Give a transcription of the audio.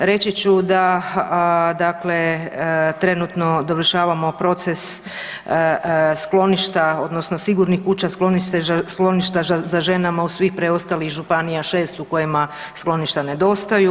Reći ću da dakle trenutno dovršavamo proces skloništa odnosno sigurnih kuća i skloništa za žene u svih preostalih županija, 6 u kojima skloništa nedostaju.